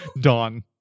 Dawn